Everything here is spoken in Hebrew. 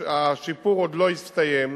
השיפור עוד לא הסתיים.